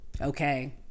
Okay